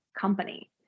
company